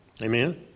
Amen